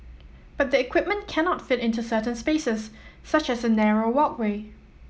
but the equipment cannot fit into certain spaces such as a narrow walkway